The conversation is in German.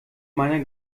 meiner